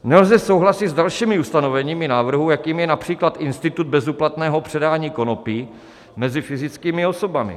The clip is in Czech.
Nelze souhlasit s dalšími ustanoveními návrhu, jakým je například institut bezúplatného předání konopí mezi fyzickými osobami.